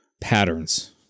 patterns